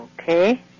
Okay